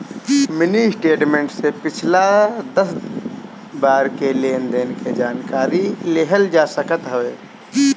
mini statement से पिछला दस बार के लेनदेन के जानकारी लेहल जा सकत हवे